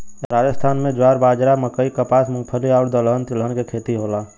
राजस्थान में ज्वार, बाजरा, मकई, कपास, मूंगफली आउर दलहन तिलहन के खेती होला